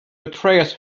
betrays